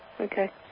Okay